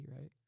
right